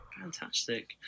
Fantastic